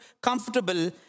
comfortable